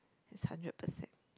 is hundred percent